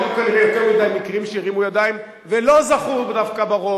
היו כנראה יותר מדי מקרים שהרימו ידיים ולא זכו דווקא ברוב.